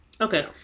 Okay